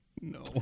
No